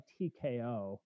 TKO